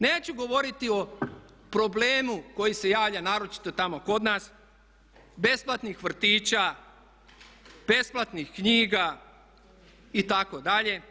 Neću govoriti o problemu koji se javlja naročito tamo kod nas, besplatnih vrtića, besplatnih knjiga itd.